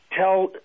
tell